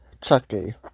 Chucky